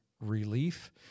relief